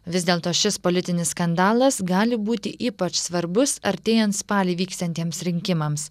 vis dėlto šis politinis skandalas gali būti ypač svarbus artėjant spalį vyksiantiems rinkimams